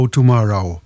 Tomorrow